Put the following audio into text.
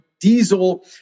diesel